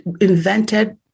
invented